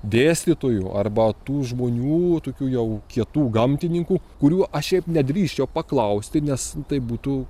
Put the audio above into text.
dėstytojų arba tų žmonių tokių jau kietų gamtininkų kurių aš šiaip nedrįsčiau paklausti nes tai būtų